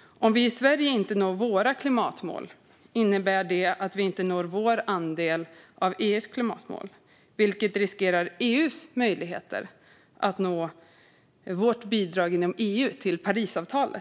Om vi i Sverige inte når våra klimatmål innebär det att vi inte når vår andel av EU:s klimatmål. Det riskerar EU:s möjligheter att nå vårt bidrag inom EU att nå målet i Parisavtalet.